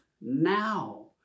now